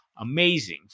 amazing